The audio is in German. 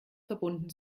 verbunden